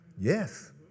Yes